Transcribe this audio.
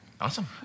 Awesome